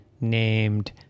named